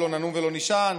לא ננום ולא נישן,